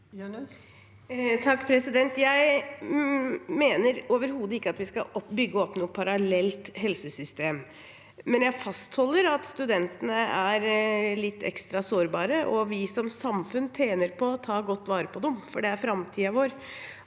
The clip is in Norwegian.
(H) Jeg mener over- hodet ikke at vi skal bygge opp noe parallelt helsesystem, men jeg fastholder at studentene er litt ekstra sårbare. Vi som samfunn tjener på å ta godt vare på dem, for det er framtiden vår.